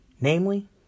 Namely